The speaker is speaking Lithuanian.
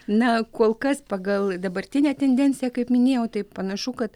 na kol kas pagal dabartinę tendenciją kaip minėjau tai panašu kad